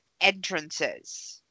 entrances